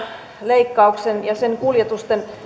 leikkauksen ja sen kuljetusten